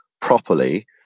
properly